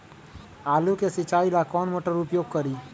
आलू के सिंचाई ला कौन मोटर उपयोग करी?